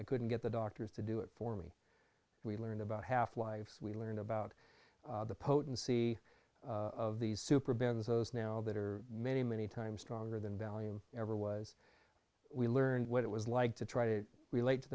i couldn't get the doctors to do it for me we learned about half life we learned about the potency of these super bins those now that are many many times stronger than value ever was we learned what it was like to try to relate to